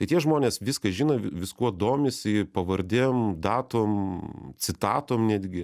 tai tie žmonės viską žino viskuo domisi pavardėm datom citatom netgi